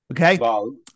Okay